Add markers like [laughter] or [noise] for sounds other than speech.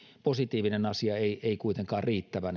positiivinen asia ei ei kuitenkaan riittävä [unintelligible]